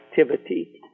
activity